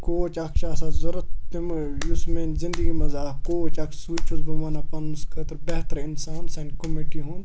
کوچ اَکھ چھُ آسان ضوٚرَتھ تِمہٕ یُس میٛانہِ زِندگی منٛز اَکھ کوچ اَکھ سُے چھُس بہٕ وَنان پَانَس خٲطرٕ بہتر اِنسان سانہِ کوٚمِٹی ہُنٛد